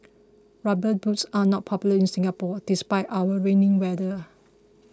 rubber boots are not popular in Singapore despite our rainy weather